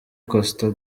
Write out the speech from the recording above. costa